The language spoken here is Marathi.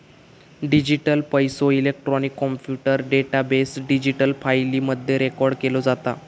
डिजीटल पैसो, इलेक्ट्रॉनिक कॉम्प्युटर डेटाबेस, डिजिटल फाईली मध्ये रेकॉर्ड केलो जाता